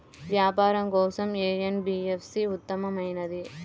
వ్యాపారం కోసం ఏ ఎన్.బీ.ఎఫ్.సి ఉత్తమమైనది?